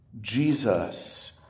Jesus